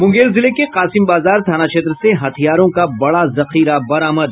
मूंगेर जिले के कासिम बाजार थाना क्षेत्र से हथियारों का बड़ा जखीरा बरामद